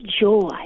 joy